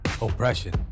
oppression